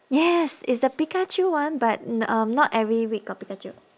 yes it's the pikachu one but n~ um not every week got pikachu